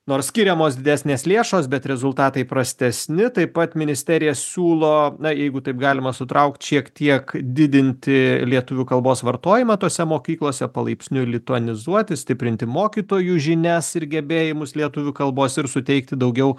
nors skiriamos didesnės lėšos bet rezultatai prastesni taip pat ministerija siūlo na jeigu taip galima sutraukt šiek tiek didinti lietuvių kalbos vartojimą tose mokyklose palaipsniui lituanizuoti stiprinti mokytojų žinias ir gebėjimus lietuvių kalbos ir suteikti daugiau